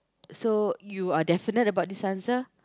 so you are definite about this answer